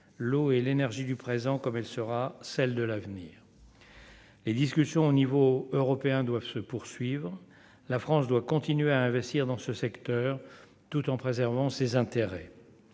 l'eau et l'énergie du présent comme elle sera celle de l'avenir. Les discussions au niveau européen, doivent se poursuivre, la France doit continuer à investir dans ce secteur, tout en préservant ses intérêts,